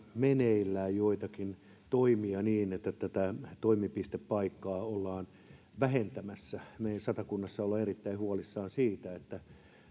meneillään joitakin toimia niin että näitä toimipistepaikkoja ollaan vähentämässä me satakunnassa olemme erittäin huolissamme siitä että